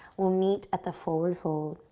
we'll meet at the forward fold.